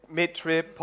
mid-trip